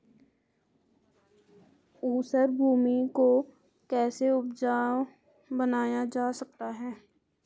ऊसर भूमि को कैसे उपजाऊ बनाया जा सकता है?